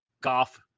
golf